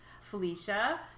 Felicia